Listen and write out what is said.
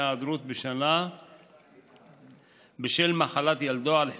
היעדרות בשנה בשל מחלת ילדו על חשבון,